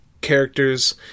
characters